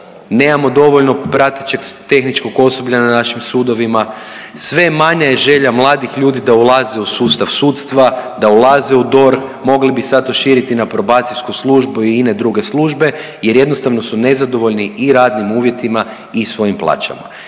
nemamo dovoljno pratećeg tehničkog osoblja na našim sudovima, sve manje je želja mladih ljudi da ulaze u sustav sudstva, da ulaze u DORH, mogli bi sad to širiti na probacijsku službu i ine druge službe jer jednostavno su nezadovoljni i radnim uvjetima i svojim plaćama.